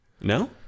no